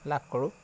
লাভ কৰোঁ